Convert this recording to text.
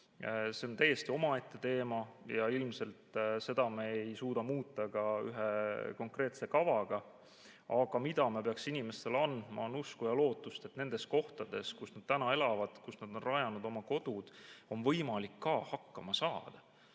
See on täiesti omaette teema. Ja ilmselt seda me ei suuda muuta ka ühe konkreetse kavaga. Aga mida me peaksime inimestele andma, on usk ja lootus, et nendes kohtades, kus nad praegu elavad, kuhu nad on rajanud oma kodud, on võimalik ka hakkama saada.